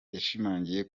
yashimangiye